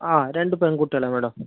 ആ രണ്ട് പെൺ കുട്ടികളാണ് മേഡം